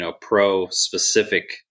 pro-specific